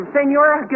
Senora